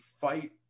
fight